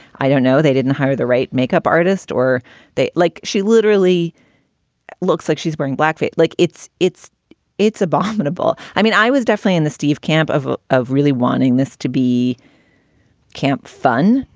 i don't know, they didn't hire the right makeup artist or they like she literally looks like she's wearing blackface. like it's it's it's abominable. i mean, i was definitely in the steve camp of of really wanting this to be camp fun,